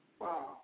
Wow